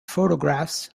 photographs